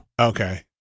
Okay